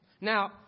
Now